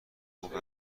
خوب